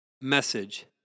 Message